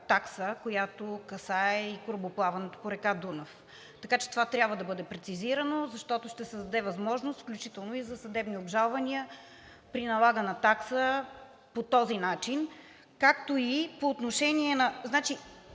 която касае и корабоплаването по река Дунав. Така че това трябва да бъде прецизирано, защото ще създаде възможност, включително и за съдебни обжалвания при налагана такса по този начин. Смятам, че грешите, тази